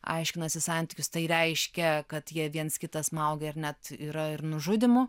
aiškinasi santykius tai reiškia kad jie viens kitą smaugia ir net yra ir nužudymų